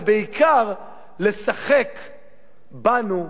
ובעיקר לשחק בנו,